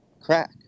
crack